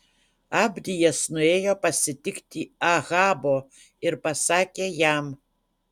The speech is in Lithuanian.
abdijas nuėjo pasitikti ahabo ir pasakė jam